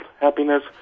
happiness